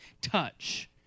touch